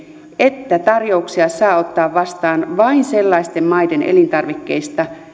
että tarjouksia saa ottaa vastaan vain sellaisten maiden elintarvikkeista